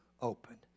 opened